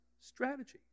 strategy